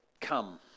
come